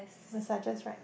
massages right